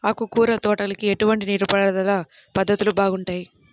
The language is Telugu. ఆకుకూరల తోటలకి ఎటువంటి నీటిపారుదల పద్ధతులు బాగుంటాయ్?